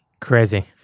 Crazy